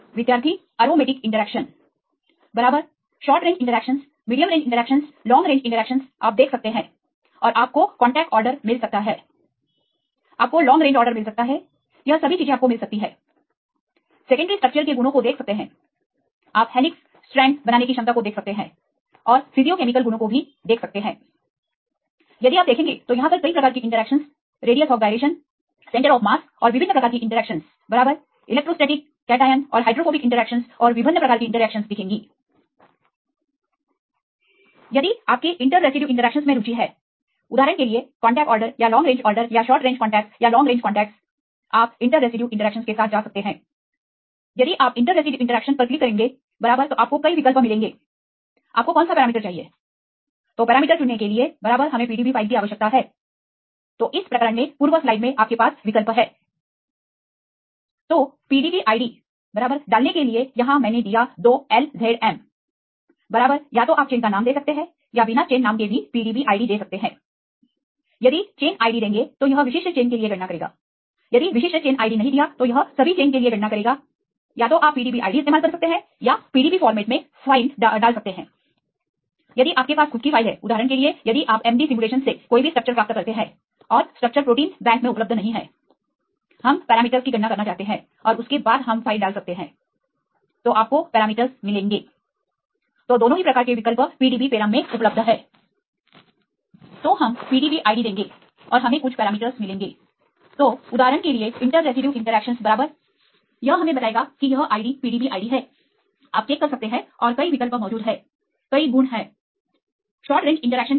विद्यार्थी aromatic interaction बराबर short range interactions medium range interactions long range interactions आप देख सकते हैं और आपको कांटेक्ट आर्डर मिल सकता है आपको लॉन्ग रेंज आर्डर मिल सकता है यह सभी चीजें आपको मिल सकती है सेकेंडरी स्ट्रक्चर के गुणों को देख सकते हैं आप हेलिक्स स्टेरंड बनाने की क्षमता को देख सकते हैं और फिजिकोकेमिकल गुणों को भी दे सकते हैं यदि आप देखेंगे तो यहां पर कई प्रकार की interaction radius of gyration centre of mass और विभिन्न प्रकार की इंटरेक्शनस बराबर इलेक्ट्रोस्टेटिक कैटआयन और हाइड्रोफोबिक इंटरेक्शनस और विभिन्न प्रकार की इंटरेक्शन यदिआपकी इंटर रेसिड्यू इंटरेक्शनस में रुचि है उदाहरण कांटेक्ट ऑर्डर या लॉन्ग रेंज ऑर्डर या शॉर्ट रेंज कांटेक्टस या लॉन्ग रेंज कांटेक्टस आप इंटर रेसिड्यू इंटरेक्शंस के साथ जा सकते हैं यदि आप इंटर रेसिड्यू इंटरेक्शन पर क्लिक करेंगे बराबर तो आपको कई विकल्प मिलेंगे आपको कौनसा पैरामीटर चाहिए तोपैरामीटर चुनने के लिए बराबर हमें PDB फाइल की आवश्यकता है तो इस प्रकरण में पूर्व स्लाइड में आपके पास विकल्प है तोPDB id बराबर डालने के लिए यहां मैंने दिया 2LZM बराबर या तो आप चेन का नाम दे सकते हैं या बिना चेन नाम के भी PDB id दे सकते हैंWe यदि चेन id देंगे तो यह विशिष्ट चेन के लिए गणना करेगा यदि विशिष्ट चेन id नहीं दिया तो यह सभी चेन के लिए गणना करेगा या तो आप PDB id इस्तेमाल कर सकते हैं या PDB फॉर्मेट में फाइन डाल सकते हैं यदि आपके पास खुद की फाइल है उदाहरण के लिए यदि आप md सिमुलेशनस से कोई भी स्ट्रक्चर प्राप्त करते हैं और स्ट्रक्चर प्रोटीन बैंक मेंउपलब्ध नहीं है हम पैरामीटर्स की गणना करना चाहते हैं और उसके बाद हम फाइल डाल सकते हैं तो आपको पैरामीटर्स मिलेंगे so तो दोनों ही प्रकार के विकल्प PDB पेराम में उपलब्ध है तो हम PDB id देंगे और हमें कुछ पैरामीटरस मिलेंगे तो उदाहरण के लिए इंटर रेसिड्यू इंटरेक्शनस बराबर यह हमें बताएगा कि यह id PDB id है आप चेक कर सकते हैं और कई विकल्प मौजूद है कई गुण है शॉर्ट रेंज इंटरेक्शन क्या है